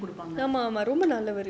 உங்களுக்கு:ungalukku